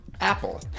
apple